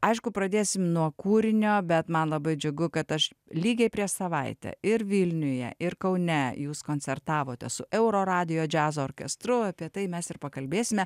aišku pradėsim nuo kūrinio bet man labai džiugu kad aš lygiai prieš savaitę ir vilniuje ir kaune jūs koncertavote su euro radijo džiazo orkestru apie tai mes ir pakalbėsime